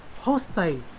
hostile